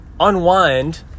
Unwind